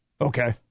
Okay